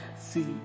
see